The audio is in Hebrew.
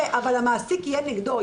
יפה, אבל המעסיק יהיה נגדו.